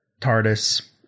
TARDIS